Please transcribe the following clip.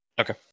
Okay